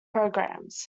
programs